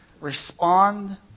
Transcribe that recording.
Respond